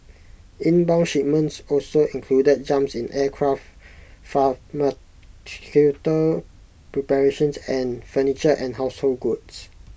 inbound shipments also included jumps in aircraft preparations and furniture and household goods